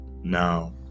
now